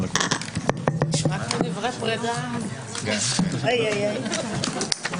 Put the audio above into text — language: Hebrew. הישיבה ננעלה בשעה 10:45.